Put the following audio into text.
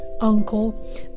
uncle